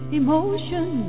emotion